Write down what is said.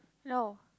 no